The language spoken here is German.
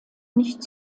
nicht